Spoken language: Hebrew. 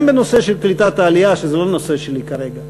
גם בנושא של קליטת עלייה שאינו הנושא שלי כרגע,